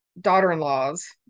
daughter-in-laws